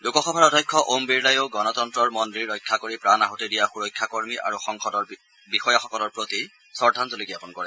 লোকসভাৰ অধ্যক্ষ ওম বিৰলাইয়ো গণতন্ত্ৰণ মন্দিৰ ৰক্ষা কৰি প্ৰাণ আহুতি দিয়া সূৰক্ষা কৰ্মী আৰু সংসদৰ বিষয়াসকলৰ প্ৰতি শ্ৰদ্ধাঞ্জলি জাপন কৰে